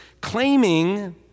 claiming